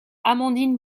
amandine